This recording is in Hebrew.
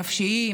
הנפשיים,